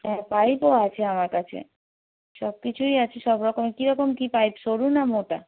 হ্যাঁ পাইপও আছে আমার কাছে সব কিছুই আছে সব রকমের কীরকম কী পাইপ সরু না মোটা